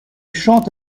chante